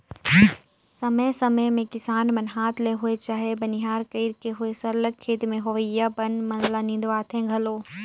समे समे में किसान मन हांथ ले होए चहे बनिहार कइर के होए सरलग खेत में होवइया बन मन ल निंदवाथें घलो